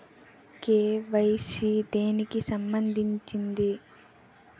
KYC దేనికి సంబందించింది?